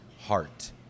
heart